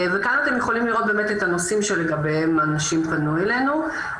כאן אתם יכולים לראות את הנושאים שלגביהם אנשים פנו אלינו.